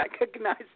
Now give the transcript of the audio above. recognize